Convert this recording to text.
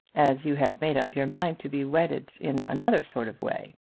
as you have made up your mind to be wedded in another sort of way.